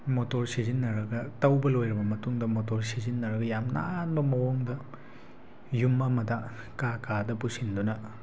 motor ꯁꯤꯖꯤꯟꯅꯔꯒ ꯇꯧꯕ ꯂꯣꯏꯔꯕ ꯃꯇꯨꯡꯗ ꯃꯣꯇꯣꯔ ꯁꯤꯖꯤꯟꯅꯔꯒ ꯌꯥꯝ ꯅꯥꯟꯕ ꯃꯑꯣꯡꯗ ꯌꯨꯝ ꯑꯃꯗ ꯀꯥ ꯀꯥꯗ ꯄꯨꯁꯤꯟꯗꯨꯅ